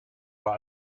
war